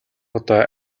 удаа